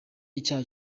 icyaha